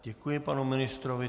Děkuji panu ministrovi.